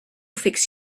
fix